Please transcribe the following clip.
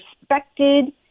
respected